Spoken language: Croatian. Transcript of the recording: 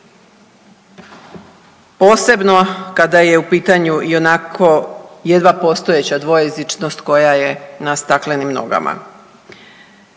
Posebno kada je u pitanju i onako jedva postojeća dvojezičnost koja je na staklenim nogama.